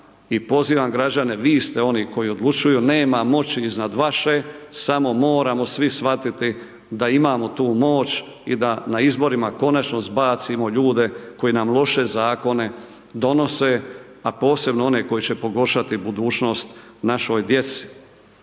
pozivam građane, vi ste oni koji odlučuju, nema moći iznad vaše, samo moramo svi shvatiti da imamo tu moć i da na izborima konačno zbacimo ljude koji nam loše zakone donese, a posebno one koji će pogoršati budućnost našoj djeci.